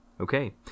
Okay